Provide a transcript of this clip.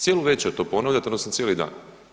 Cijelu večer to ponavljate odnosno cijeli dan.